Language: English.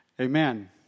Amen